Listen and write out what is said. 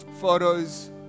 Photos